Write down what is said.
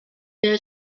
der